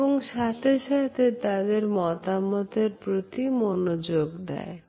এবং সাথে সাথে তাদের মতামতের প্রতি মনোযোগ দেয়